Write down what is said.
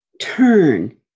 turn